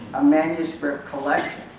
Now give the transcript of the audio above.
a manuscript collection.